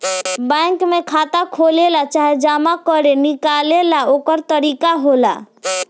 bank में खाता खोलेला चाहे जमा करे निकाले ला ओकर तरीका होखेला